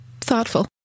thoughtful